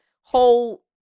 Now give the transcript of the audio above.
whole